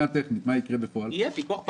יהיה פיקוח פרלמנטרי.